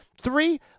Three